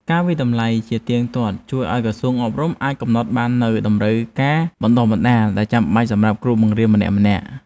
ការវាយតម្លៃជាទៀងទាត់ជួយឱ្យក្រសួងអប់រំអាចកំណត់បាននូវតម្រូវការបណ្តុះបណ្តាលដែលចាំបាច់សម្រាប់គ្រូបង្រៀនម្នាក់ៗ។